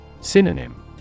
Synonym